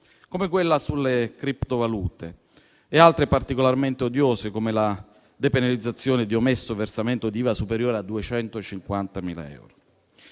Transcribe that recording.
come quella sulle criptovalute, e altre particolarmente odiose, come la depenalizzazione di omesso versamento di IVA superiore a 250.000 euro.